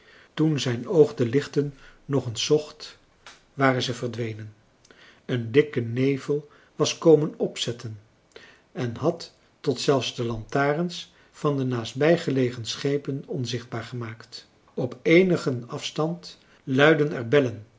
toen zijn oog de lichten nog eens zocht waren ze verdwenen een dikke nevel was komen opzetten en had tot zelfs de lantaarns van de naastbij gelegen schepen onzichtbaar gemaakt op eenigen afstand luidden er bellen